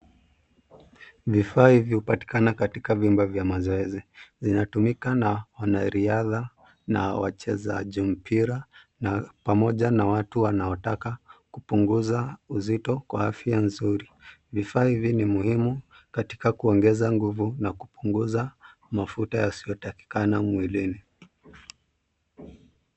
Vifaa hivi hupatikana katika vyumba vya mazoezi. Vinatumika na wanariadha, na wachezaji mpira, na pamoja na watu wanaotaka kupunguza uzito kwa afya nzuri. Vifaa hivi ni muhimu, katika kuongeza nguvu, na kupunguza mafuta yasiyotakikana mwilini.